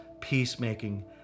peacemaking